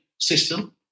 system